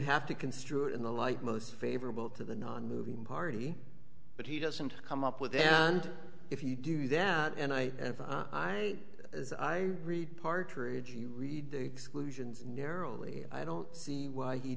have to construe it in the light most favorable to the nonmoving party but he doesn't come up with them and if you do that and i and i as i read partridge you read the exclusions narrowly i don't see why he